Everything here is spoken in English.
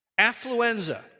Affluenza